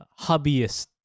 hobbyist